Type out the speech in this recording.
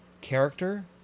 character